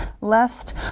Lest